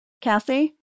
cassie